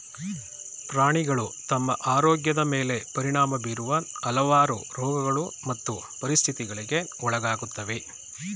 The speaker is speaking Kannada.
ಪ್ರಾಣಿಗಳು ತಮ್ಮ ಆರೋಗ್ಯದ್ ಮೇಲೆ ಪರಿಣಾಮ ಬೀರುವ ಹಲವಾರು ರೋಗಗಳು ಮತ್ತು ಪರಿಸ್ಥಿತಿಗಳಿಗೆ ಒಳಗಾಗುತ್ವೆ